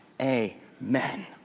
Amen